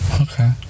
Okay